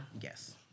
yes